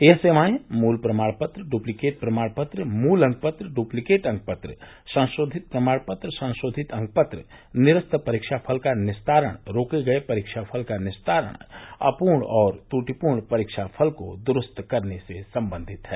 यह सेवाएं मूल प्रमाण पत्र डुप्लीकेट प्रमाण पत्र मूल अंकपत्र ड्स्लीकेट अंकपत्र संशोधित प्रमाण पत्र संशोधित अंकपत्र निरस्त परीक्षाफल का निस्तारण रोके गये परीक्षाफल का निस्तारण अपूर्ण और त्रुटिपूर्ण परीक्षाफल को दुरूस्त करने से संबंधित हैं